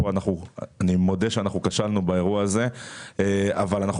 אני מודה שכשלנו באירוע הזה אבל אנחנו